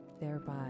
thereby